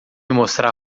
mostrar